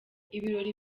ibirori